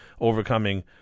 overcoming